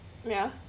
ya